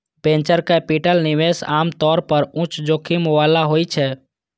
venture capital निवेश आम तौर पर उच्च जोखिम बला होइ छै